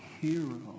hero